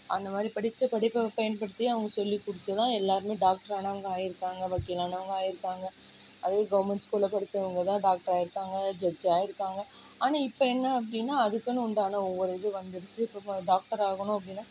அந்தமாதிரி படித்த படிப்பை பயன்படுத்தி அவங்க சொல்லிக் கொடுத்துதான் எல்லோருமே டாக்டர் ஆனவங்க ஆகியிருக்காங்க வக்கில் ஆனவங்க ஆகியிருக்காங்க அதே கவர்மெண்ட் ஸ்கூலில் படித்தவங்கதான் டாக்டர் ஆகியிருக்காங்க ஜட்ஜ் ஆகியிருக்காங்க ஆனால் இப்போ என்ன அப்படின்னா அதுக்குனு உண்டான ஒரு இது வந்துடுச்சு இப்போ டாக்டர் ஆகணும் அப்படின்னா